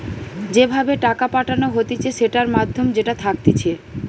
যে ভাবে টাকা পাঠানো হতিছে সেটার মাধ্যম যেটা থাকতিছে